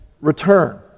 return